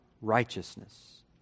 righteousness